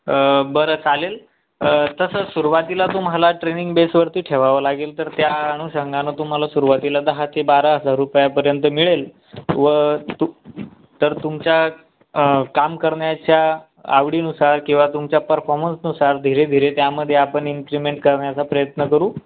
बरं चालेल तसं सुरुवातीला तुम्हाला ट्रेनिंग बेसवरती ठेवावं लागेल तर त्या अनुषंगानं तुम्हाला सुरवातीला दहा ते बारा हजार रुपयापर्यंत मिळेल व तु तर तुमच्या काम करण्याच्या आवडीनुसार किंवा तुमच्या परफॉर्मन्सनुसार धीरे धीरे त्यामध्ये आपण इन्क्रिमेंट करण्याचा प्रयत्न करू